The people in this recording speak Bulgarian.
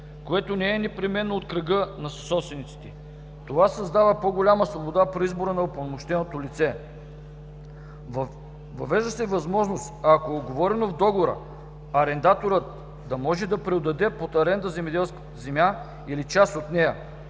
което не е непременно от кръга на съсобствениците. Това създава по-голяма свобода при избора на упълномощеното лице. Въвежда се възможност, ако е уговорено в договора, арендаторът да може да преотдаде под аренда земеделската земя или част от нея,